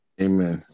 Amen